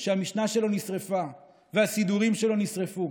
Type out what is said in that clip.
שהמשנה שלו נשרפה והסידורים שלו נשרפו,